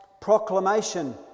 proclamation